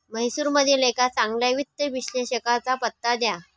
म्हैसूरमधील एका चांगल्या वित्त विश्लेषकाचा पत्ता द्या